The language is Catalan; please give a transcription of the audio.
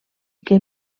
que